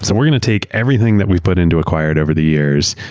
so we're going to take everything that we put into acquired over the years,